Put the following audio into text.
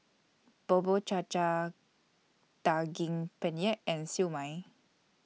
Bubur Cha Cha Daging Penyet and Siew Mai